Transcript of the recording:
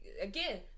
again